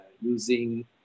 using